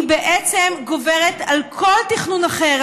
היא בעצם גוברת על כל תכנון אחר,